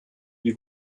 wie